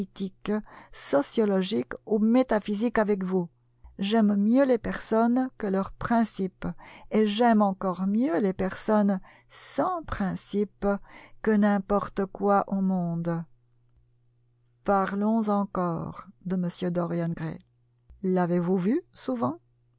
sociologiques ou métaphysiques avec vous j'aime mieux les personnes que leurs principes et j'aime encore mieux les personnes sans principes que n'importe quoi au monde parlons encore de m dorian gray l'avez-vous vu souvent